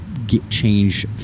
change